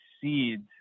seeds